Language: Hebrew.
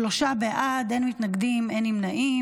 שלושה בעד, אין מתנגדים, אין נמנעים.